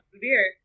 beer